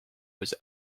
was